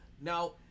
now